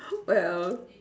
well